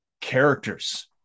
characters